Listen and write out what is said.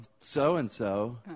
so-and-so